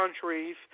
countries